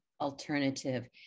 alternative